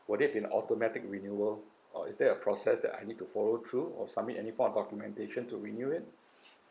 will it be automatic renewal or is there a process that I need to follow through or submit any form of documentation to renew it